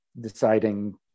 deciding